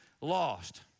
lost